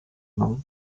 nom